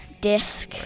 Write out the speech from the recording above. disc